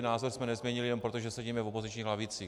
Názor jsme nezměnili jen proto, že sedíme v opozičních lavicích.